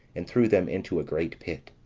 and threw them into a great pit.